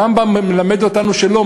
אך הרמב"ם מלמד אותנו שלא,